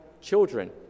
children